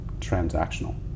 transactional